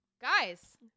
guys